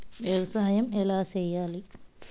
వ్యవసాయం ఎలా చేయాలి?